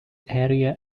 area